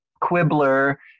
quibbler